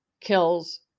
kills